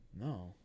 No